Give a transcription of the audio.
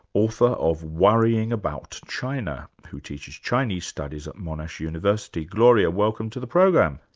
author of worrying about china who teaches chinese studies at monash university. gloria, welcome to the program.